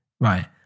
Right